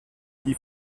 die